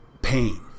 pain